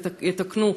יתקנו,